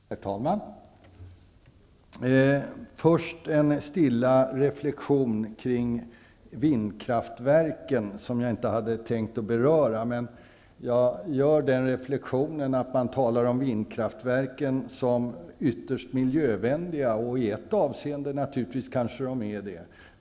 Herr talman! Först vill jag göra en stilla reflexion kring vindkraftverken, som jag inte hade tänkt beröra. Man talar om vindkraftverken som ytterst miljövänliga, och i ett avseende kanske de är det.